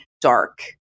dark